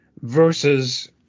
versus